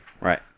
Right